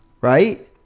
right